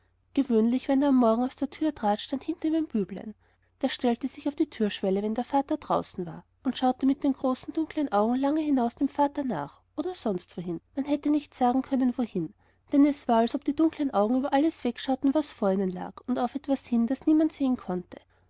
gewöhnlich wenn er am morgen aus der tür trat stand hinter ihm ein büblein das stellte sich auf die türschwelle wenn der vater draußen war und schaute mit den großen dunklen augen lange hinaus dem vater nach oder sonst wohin man hätte nicht sagen können wohin denn es war als ob die dunklen augen über alles wegschauten was vor ihnen lag und auf etwas hin das niemand sehen konnte